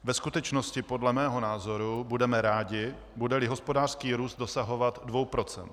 Ve skutečnosti podle mého názoru budeme rádi, budeli hospodářský růst dosahovat 2 %.